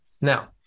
Now